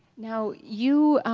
now you,